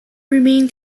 remain